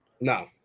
No